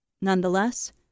Nonetheless